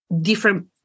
different